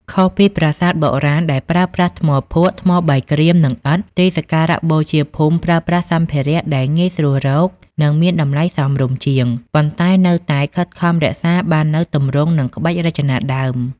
ខុសពីប្រាសាទបុរាណដែលប្រើប្រាស់ថ្មភក់ ថ្មបាយក្រៀម និងឥដ្ឋ ទីសក្ការៈបូជាភូមិប្រើប្រាស់សម្ភារៈដែលងាយស្រួលរក និងមានតម្លៃសមរម្យជាង ប៉ុន្តែនៅតែខិតខំរក្សាបាននូវទម្រង់ និងក្បាច់រចនាដើម៖